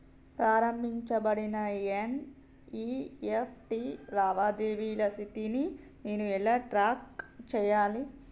ప్రారంభించబడిన ఎన్.ఇ.ఎఫ్.టి లావాదేవీల స్థితిని నేను ఎలా ట్రాక్ చేయాలి?